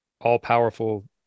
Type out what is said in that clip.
all-powerful